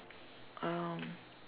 um